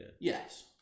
Yes